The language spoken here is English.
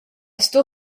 still